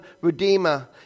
redeemer